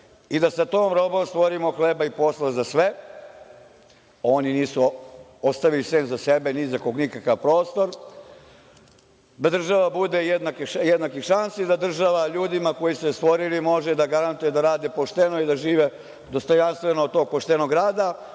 i da sa tom robom stvorimo hleba i posla za sve. Oni nisu ostavili, sem za sebe, ni za koga nikakav prostor, da država bude jednakih šansi, da država ljudima koji su je stvorili može da garantuje da rade pošteno i da žive dostojanstveno od tog poštenog rada.